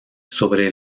sobre